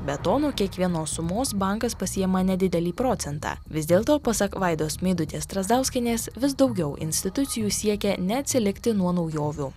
be to nuo kiekvienos sumos bankas pasiima nedidelį procentą vis dėlto pasak vaidos meidutės strazdauskienės vis daugiau institucijų siekia neatsilikti nuo naujovių